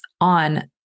on